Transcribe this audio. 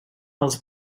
els